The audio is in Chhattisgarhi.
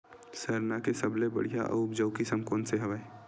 सरना के सबले बढ़िया आऊ उपजाऊ किसम कोन से हवय?